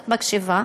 את מקשיבה,